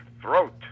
Throat